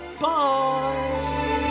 Bye